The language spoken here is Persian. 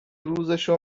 روزشو